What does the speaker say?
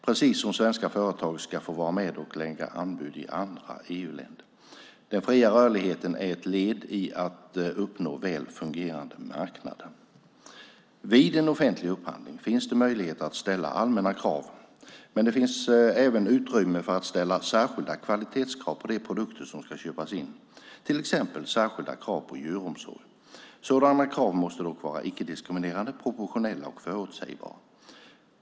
Precis som svenska företag ska få vara med och lägga anbud i andra EU-länder. Den fria rörligheten är ett led i att uppnå väl fungerande marknader. Vid en offentlig upphandling finns möjlighet att ställa allmänna krav, men det finns även utrymme för att ställa särskilda kvalitetskrav på de produkter som ska köpas in, till exempel särskilda krav på djuromsorg. Sådana krav måste dock vara icke-diskriminerande, proportionella och förutsägbara.